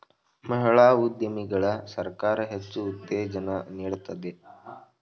ಮಹಿಳಾ ಉದ್ಯಮಿಗಳಿಗೆ ಸರ್ಕಾರ ಹೆಚ್ಚು ಉತ್ತೇಜನ ನೀಡ್ತಿದೆ